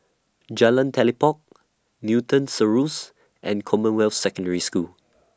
Jalan Telipok Newton Cirus and Commonwealth Secondary School